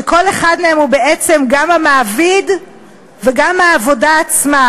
שכל אחד מהם הוא בעצם גם המעביד וגם העבודה עצמה,